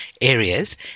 areas